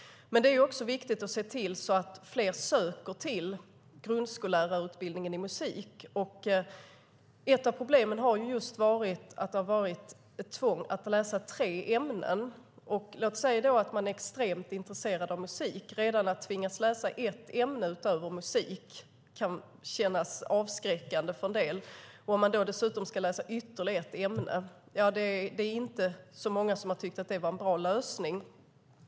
Men det är också viktigt att se till att fler söker till grundskollärarutbildningen i musik. Ett av problemen är just att det har varit ett tvång att läsa tre ämnen. Låt oss säga att någon är extremt intresserad av musik, och då kan det kännas avskräckande redan att tvingas läsa ett ämne utöver musik, och dessutom ytterligare ett ämne. Det är inte så många som har tyckt att det är en bra lösning.